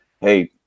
hey